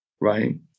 right